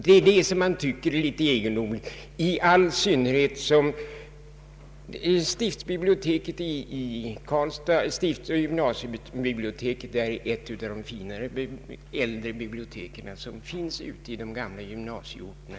Det är detta jag finner egendomligt, i all synnerhet som stiftsoch läroverksbiblioteket i Karlstad är ett av de finare biblioteken som finns ute i de gamla gymnasieorterna.